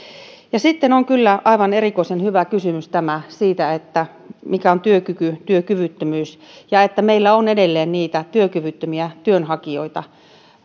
on aivan erikoisen hyvä kysymys tämä mikä on työkyky työkyvyttömyys ja se että meillä on edelleen näitä työkyvyttömiä työnhakijoita tämä